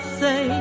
say